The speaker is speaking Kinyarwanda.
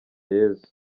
yezu